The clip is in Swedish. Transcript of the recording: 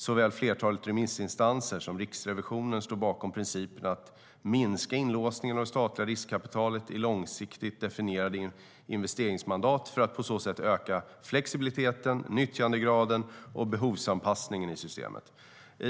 Såväl flertalet remissinstanser som Riksrevisionen står bakom principen att minska inlåsning av det statliga riskkapitalet i långsiktigt definierade investeringsmandat för att på så sätt öka flexibiliteten, nyttjandegraden och behovsanpassningen i systemet.